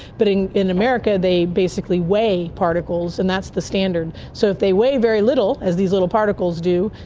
but in in america they basically weigh particles and that's the standard. so if they weigh very little, as these little particles do,